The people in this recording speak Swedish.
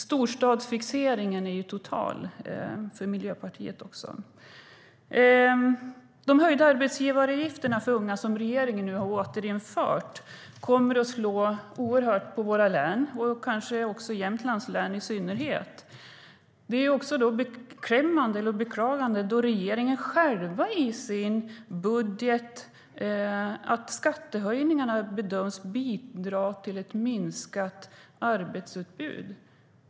Storstadsfixeringen är total för Miljöpartiet. De höjda arbetsgivaravgifter för unga som regeringen nu har återinfört kommer att slå oerhört på våra län och kanske i synnerhet Jämtlands län. Det är beklagligt att regeringen själv i sin budget säger att skattehöjningarna bedöms bidra till ett minskat arbetsutbud.